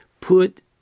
put